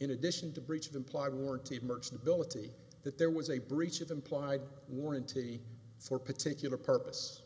in addition to breach of implied warranty of merchantability that there was a breach of implied warranty for particular purpose